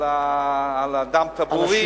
על הדם הטבורי.